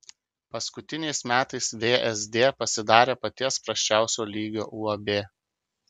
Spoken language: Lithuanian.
paskutiniais metais vsd pasidarė paties prasčiausio lygio uab